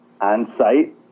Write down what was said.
on-site